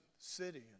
city